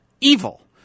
evil